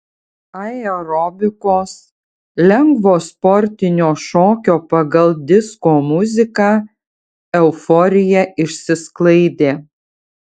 aerobikos lengvo sportinio šokio pagal disko muziką euforija išsisklaidė